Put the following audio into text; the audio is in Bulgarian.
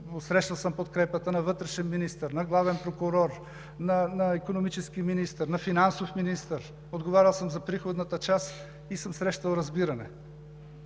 Срещал съм подкрепата на вътрешен министър, на главен прокурор, на икономически министър, на финансов министър. Отговарял съм за приходната част и съм срещал разбиране.